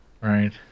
Right